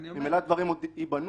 ממילא הדברים עוד ייבנו.